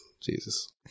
Jesus